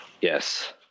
Yes